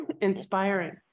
inspiring